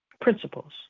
Principles